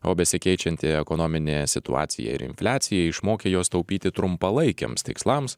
o besikeičianti ekonominė situacija ir infliacija išmokė juos taupyti trumpalaikiams tikslams